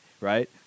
right